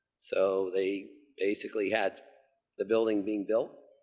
so, they basically had the building being built,